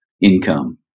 income